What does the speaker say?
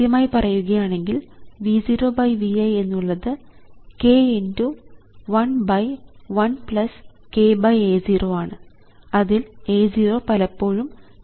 കൃത്യമായി പറയുകയാണെങ്കിൽ V 0 V i എന്നുള്ളത് k11kA0 ആണ് അതിൽ A 0 പലപ്പോഴും ഗെയിൻ x V i ആണ്